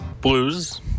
Blues